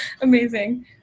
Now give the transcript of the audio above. Amazing